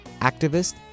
activist